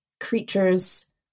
creatures